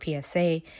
PSA